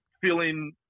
feeling